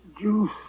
Juice